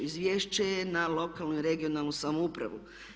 Izvješće je na lokalnu i regionalnu samoupravu.